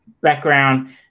background